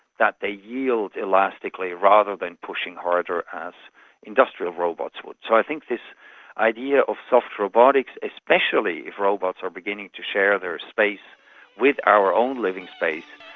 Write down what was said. that they yield elastically rather than pushing harder, as industrial robots would. so i think this idea of soft robotics, especially if robots are beginning to share their space with our own living space,